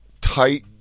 tight